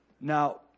Now